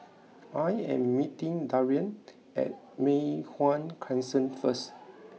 I am meeting Darian at Mei Hwan Crescent first